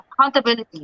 Accountability